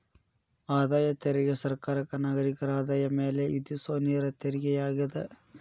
ಆದಾಯ ತೆರಿಗೆ ಸರ್ಕಾರಕ್ಕ ನಾಗರಿಕರ ಆದಾಯದ ಮ್ಯಾಲೆ ವಿಧಿಸೊ ನೇರ ತೆರಿಗೆಯಾಗ್ಯದ